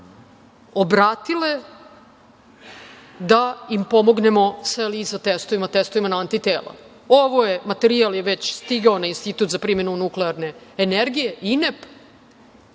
obratile da im pomognemo sa Eliza testovima, testovima na antitela. Materijal je već stigao na Institut za primenu nuklearne energije (INEP)